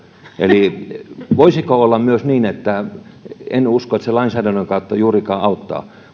eli voisiko olla myös niin kun en usko että se lainsäädännön kautta juurikaan auttaa